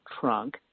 trunk